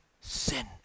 sin